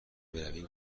برویم